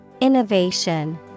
Innovation